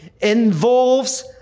involves